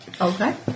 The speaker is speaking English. Okay